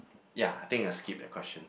ya I think I'll skip that question